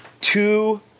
two